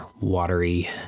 watery